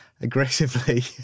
aggressively